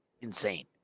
insane